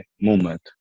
movement